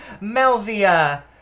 Melvia